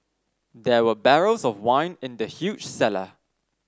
there were barrels of wine in the huge cellar